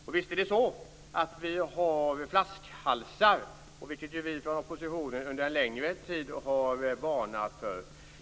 Och visst har vi flaskhalsar, vilket vi från oppositionen under en längre tid har varnat för.